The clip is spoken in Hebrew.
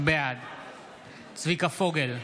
בעד צביקה פוגל,